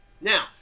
Now